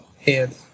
head